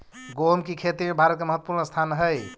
गोहुम की खेती में भारत के महत्वपूर्ण स्थान हई